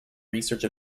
research